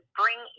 bring